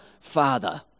Father